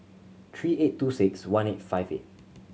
three eight two six one eight five eight